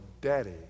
daddy